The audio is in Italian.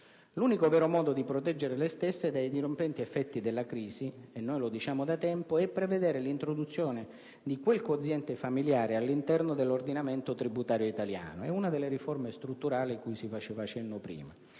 L'unico vero modo di proteggere le stesse dai dirompenti effetti della crisi - noi lo diciamo da tempo - è prevedere l'introduzione del quoziente familiare all'interno dell'ordinamento tributario italiano (una delle riforme strutturali cui si faceva cenno prima)